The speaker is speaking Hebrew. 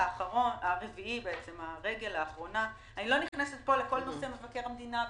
אני לא נכנסת פה לכל נושא מבקר המדינה וכדומה.